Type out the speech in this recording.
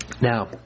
Now